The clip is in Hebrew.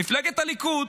מפלגת הליכוד.